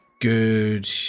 Good